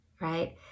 right